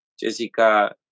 Jessica